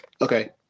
Okay